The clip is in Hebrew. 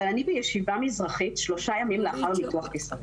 בישיבה מזרחית שלושה ימים אחרי ניתוח קיסרי,